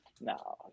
no